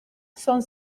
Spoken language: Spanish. son